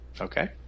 Okay